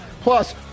Plus